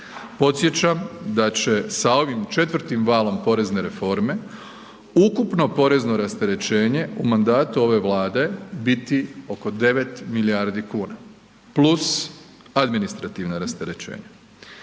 Podsjećam da će sa ovim četvrtim valom porezne reforme ukupno porezno rasterećenje u mandatu ove Vlade biti oko 9 milijardi kuna plus administrativna rasterećenja.